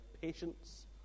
patience